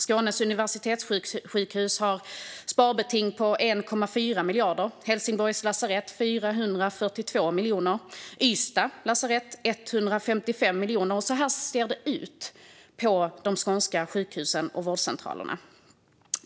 Skånes universitetssjukhus har sparbeting på 1,4 miljarder, Helsingborgs lasarett 442 miljoner och Ystads lasarett 155 miljoner. Så ser det ut på de skånska sjukhusen och vårdcentralerna.